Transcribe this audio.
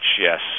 yes